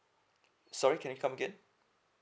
sorry can you come again